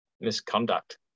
misconduct